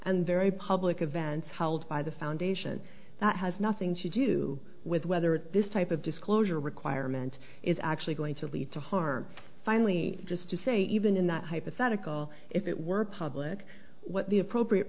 and very public events held by the foundation that has nothing to do with whether this type of disclosure requirements is actually going to lead to harm finally just to say even in that hypothetical if it were public what the appropriate